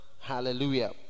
Hallelujah